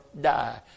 die